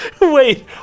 wait